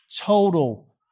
total